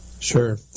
Sure